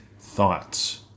thoughts